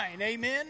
amen